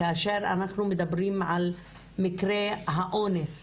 כאשר אנחנו מדברים על מקרי האונס